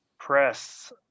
press